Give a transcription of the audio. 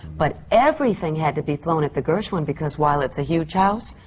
but everything had to be flown at the gershwin, because while it's a huge house,